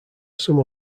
some